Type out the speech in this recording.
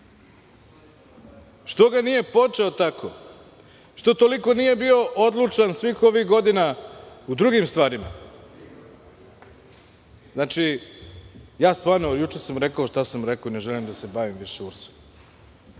ga nije počeo tako? Što toliko nije bio odlučan svih ovih godina u drugim stvarima? Znači, stvarno juče sam rekao šta sam rekao i ne želim da se bavim više URS.